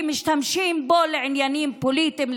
כי משתמשים בו לעניינים פוליטיים,